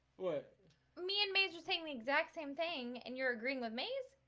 but me and maze are saying the exact same thing and you're agreeing with maze.